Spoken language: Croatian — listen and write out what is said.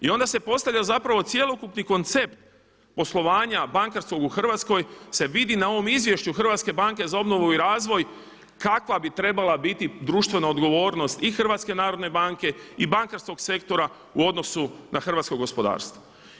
I onda se postavlja zapravo cjelokupni koncept poslovanja bankarskog u Hrvatskoj se vidi na ovom izvješću Hrvatske banke za obnovu i razvoj kakva bi trebala biti društvena odgovornost i Hrvatske narodne banke i bankarskog sektora u odnosu na hrvatsko gospodarstvo.